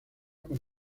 con